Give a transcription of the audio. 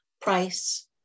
price